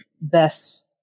best